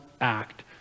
act